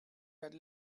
had